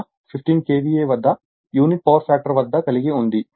98 15 KVA వద్ద unity power factor వద్ద కలిగి ఉంది